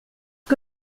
que